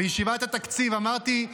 בישיבת התקציב אמרתי,